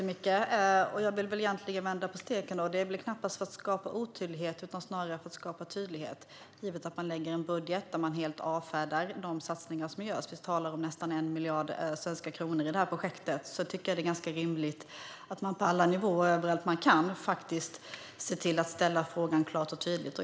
Fru talman! Jag vill vända på steken: Det är knappast för att skapa otydlighet utan snarare för att skapa tydlighet, givet att man lägger en budget där man helt avfärdar de satsningar som görs. Vi talar om nästan 1 miljard svenska kronor i detta projekt. Jag tycker att det är ganska rimligt att man på alla nivåer och överallt man kan ser till att ställa frågan klart och tydligt.